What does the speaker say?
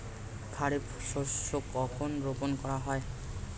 খারিফ শস্য কখন রোপন করা হয়?